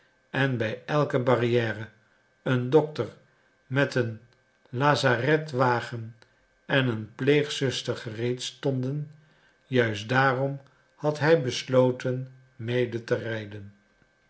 en bij elke barrière een dokter met een lazaretwagen en een pleegzuster gereed stonden juist daarom had hij besloten mede te rijden